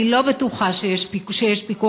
אני לא בטוחה שיש פיקוח,